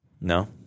no